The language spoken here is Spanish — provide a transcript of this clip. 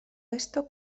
esto